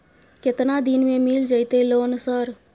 केतना दिन में मिल जयते लोन सर?